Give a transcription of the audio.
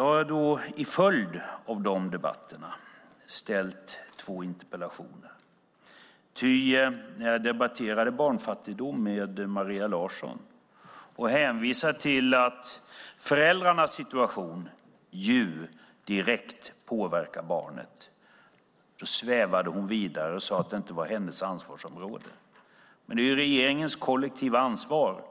Som en följd av dessa debatter har jag ställt två interpellationer, ty när jag debatterade barnfattigdom med Maria Larsson och hänvisade till att föräldrarnas situation ju direkt påverkar barnet svävade hon vidare och sade att det inte var hennes ansvarsområde. Men det är regeringens kollektiva ansvar